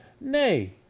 Nay